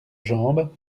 jambes